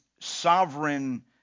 sovereign